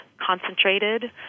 concentrated